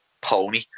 pony